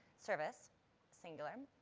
service singular.